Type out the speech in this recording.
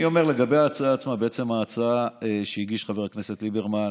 אני אומר לגבי ההצעה עצמה: בעצם ההצעה שהגיש חבר הכנסת ליברמן